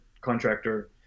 contractor